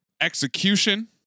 execution